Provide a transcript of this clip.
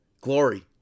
Glory